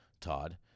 todd